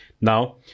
Now